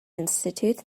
institute